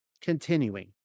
continuing